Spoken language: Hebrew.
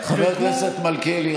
חבר הכנסת מלכיאלי,